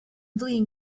flin